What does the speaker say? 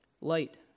Light